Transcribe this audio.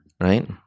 right